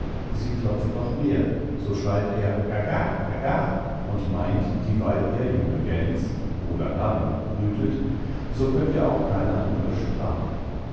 sie klopft noch mehr so schreit er gaga gaga und meint dieweil er junge gäns oder narren brütelt so könnt er auch kein andre sprach